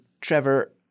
Trevor